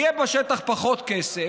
יהיה בשטח פחות כסף,